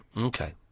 Okay